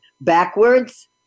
backwards